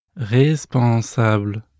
responsable